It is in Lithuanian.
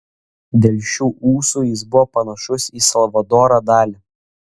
dėl šių ūsų jis buvo panašus į salvadorą dali